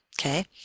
Okay